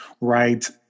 right